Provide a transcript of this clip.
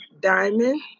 Diamond